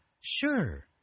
sure